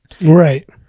Right